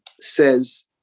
says